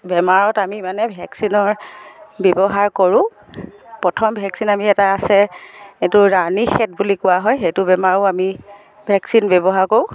বেমাৰত আমি মানে ভেকচিনৰ ব্যৱহাৰ কৰোঁ প্ৰথম ভেকচিন আমি এটা আছে এইটো ৰাণীহেদ বুলি কোৱা হয় সেইটো বেমাৰো আমি ভেকচিন ব্যৱহাৰ কৰোঁ